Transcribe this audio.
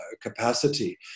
capacity